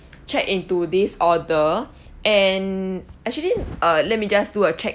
check into this order and actually uh let me just do a check